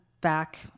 back